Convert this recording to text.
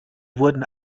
wurden